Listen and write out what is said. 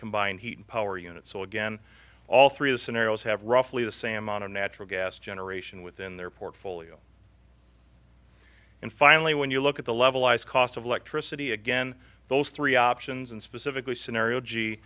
combined heat and power unit so again all three of scenarios have roughly the same amount of natural gas generation within their portfolio and finally when you look at the level ice cost of electricity again those three options and specifically scenario g